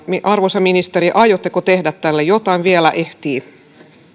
arvoisa ministeri aiotteko tehdä tälle jotain vielä ehtii